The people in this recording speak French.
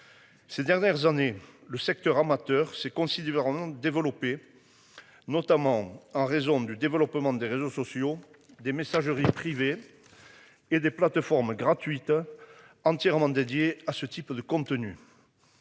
Ces dernières années le secteur amateur s'est considérablement développée. Notamment en raison du développement des réseaux sociaux des messageries privées. Et des plateformes gratuites. Entièrement dédié à ce type de compte-tenu.